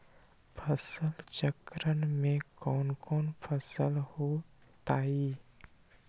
फसल चक्रण में कौन कौन फसल हो ताई?